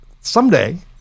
someday